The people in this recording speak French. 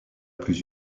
plus